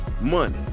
money